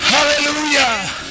Hallelujah